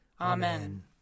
Amen